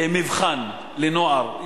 מבחן לנוער.